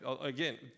again